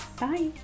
bye